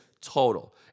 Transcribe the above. total